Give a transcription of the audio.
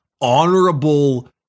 honorable